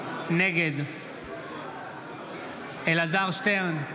נגד אלעזר שטרן,